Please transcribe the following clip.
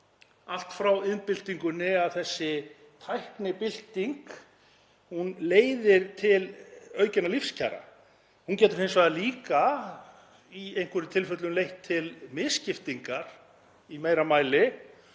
allt frá iðnbyltingunni að þessi tæknibylting leiðir til aukinna lífskjara. Hún getur hins vegar líka í einhverjum tilfellum leitt til misskiptingar í meira mæli